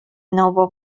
nobel